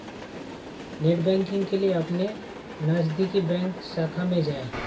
net banking के लिए अपने नजदीकी बैंक शाखा में जाए